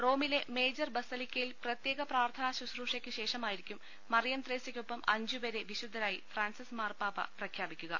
റോമിലെ മേജർ ബസലിക്കയിൽ പ്രത്യേക പ്രാർത്ഥനാശുശ്രൂഷയ്ക്കുശേഷമായി രിക്കും മറിയം ത്രേസ്യയ്ക്കൊപ്പം അഞ്ചുപേരെ വിശുദ്ധരായി ഫ്രാൻസിസ് മാർപ്പാപ്പ പ്രഖ്യാപിക്കുക